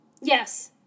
Yes